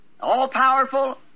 all-powerful